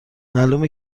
معلومه